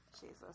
Jesus